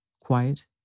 quiet